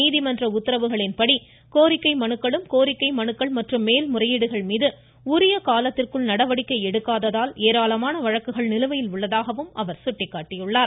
நீதிமன்ற உத்தரவுகளின் படி கோரிக்கை மனுக்களும் கோரிக்கை மனுக்கள் மற்றும் மேல்முறையீடுகள் மீது உரிய காலத்திற்குள் நடவடிக்கைகள் எடுக்காததால் ஏராளமான வழக்குகள் நிலுவையில் உள்ளதாக அவர் சுட்டிக்காட்டினார்